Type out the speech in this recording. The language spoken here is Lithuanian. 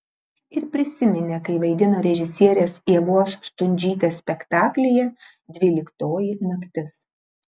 ir prisiminė kai vaidino režisierės ievos stundžytės spektaklyje dvyliktoji naktis